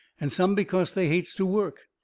and some because they hates to work,